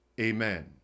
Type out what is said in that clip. amen